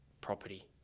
property